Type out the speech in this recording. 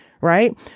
Right